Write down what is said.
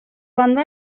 banda